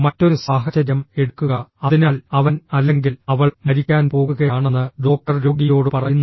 മറ്റൊരു സാഹചര്യം എടുക്കുക അതിനാൽ അവൻ അല്ലെങ്കിൽ അവൾ മരിക്കാൻ പോകുകയാണെന്ന് ഡോക്ടർ രോഗിയോട് പറയുന്നു